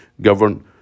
govern